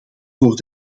voor